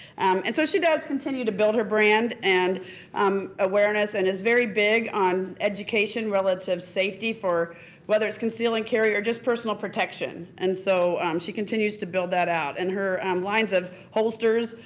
and so she does continue to build her brand and um awareness and is very big on education, relative safety for whether it's conceal and carry or just personal protection. so she continues to build that out and her um lines of holsters,